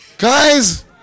Guys